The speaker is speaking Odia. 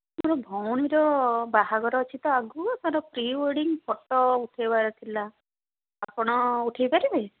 ମୋର ଭଉଣୀର ବାହାଘର ଅଛି ତ ଆଗକୁ ତା'ର ପ୍ରି ୱେଡ଼ିଂ ଫଟୋ ଉଠାଇବାର ଥିଲା ଆପଣ ଉଠାଇ ପାରିବେ